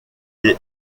des